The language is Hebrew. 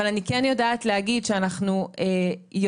אבל אני כן יודעת להגיד שאנחנו יודעים